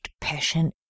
passion